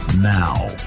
Now